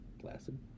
placid